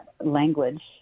language